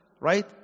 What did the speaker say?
right